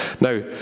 now